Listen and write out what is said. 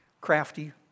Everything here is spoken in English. crafty